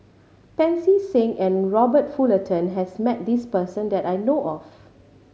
Pancy Seng and Robert Fullerton has met this person that I know of